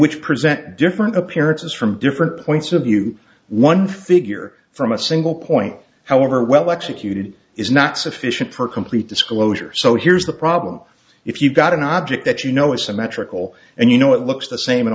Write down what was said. which present different appearances from different points of view one figure from a single point however well executed is not sufficient for complete disclosure so here's the problem if you've got an object that you know is symmetrical and you know it looks the same